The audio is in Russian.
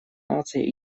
наций